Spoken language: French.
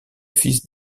fils